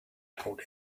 told